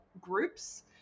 groups